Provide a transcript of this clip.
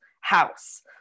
house